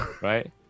Right